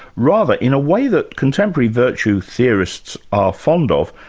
rather in a way that contemporary virtue theorists are fond of,